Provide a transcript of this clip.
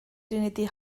trinity